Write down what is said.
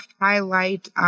highlight